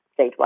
statewide